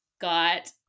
got